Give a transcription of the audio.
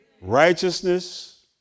Righteousness